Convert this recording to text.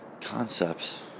concepts